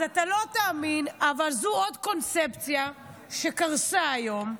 אז אתה לא תאמין, אבל זו עוד קונספציה שקרסה היום.